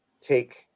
take